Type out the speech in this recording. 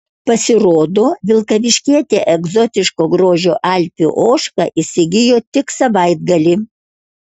pasirodo vilkaviškietė egzotiško grožio alpių ožką įsigijo tik savaitgalį